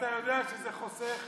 ואתה יודע שזה חוסך